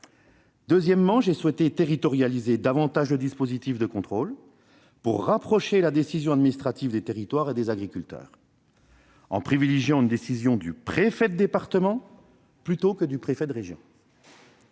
Deuxièmement, j'ai souhaité territorialiser davantage le dispositif de contrôle pour rapprocher la décision administrative des territoires et des agriculteurs, en privilégiant une décision du préfet de département plutôt que du préfet de région.